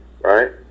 right